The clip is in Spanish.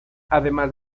además